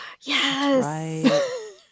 Yes